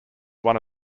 one